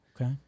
Okay